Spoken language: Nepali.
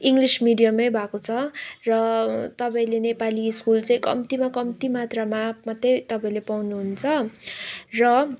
इङ्लिस मिडियममै भएको छ र तपाईँले नेपाली स्कुल चाहिँ कम्तीमा कम्ती मात्रमा मात्रै तपाईँले पाउनुहुन्छ र